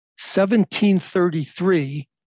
1733